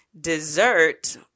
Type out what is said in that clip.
dessert